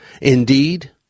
indeed